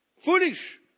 Foolish